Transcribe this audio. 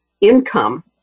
income